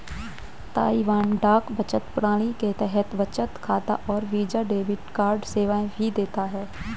Taiwan डाक बचत प्रणाली के तहत बचत खाता और वीजा डेबिट कार्ड सेवाएं भी देता है